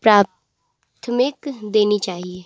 प्राथमिक देनी चाहिए